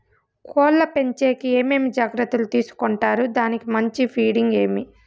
కోళ్ల పెంచేకి ఏమేమి జాగ్రత్తలు తీసుకొంటారు? దానికి మంచి ఫీడింగ్ ఏమి?